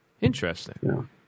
Interesting